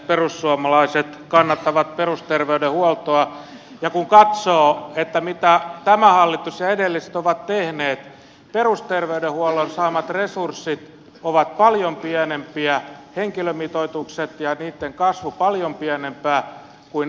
perussuomalaiset kannattavat perusterveydenhuoltoa ja kun katsoo mitä tämä hallitus ja edelliset ovat tehneet niin perusterveydenhuollon saamat resurssit ovat paljon pienempiä henkilömitoitukset ja niitten kasvu paljon pienempää kuin erikoissairaanhoidon